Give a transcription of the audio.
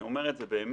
אני אומר את זה באמת,